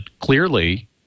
clearly